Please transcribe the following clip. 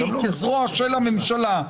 כזרוע של הממשלה,